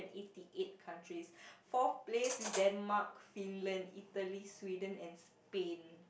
eighty eight countries fourth place is Denmark Finland Italy Sweden and Spain